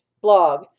blog